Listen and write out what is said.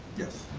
yes.